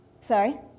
Sorry